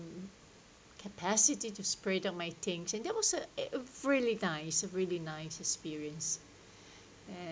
capacity to spread up my things and there was a really nice really nice experience